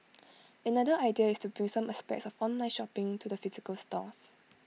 another idea is to bring some aspects of online shopping to the physical stores